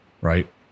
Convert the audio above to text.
right